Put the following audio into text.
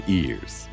ears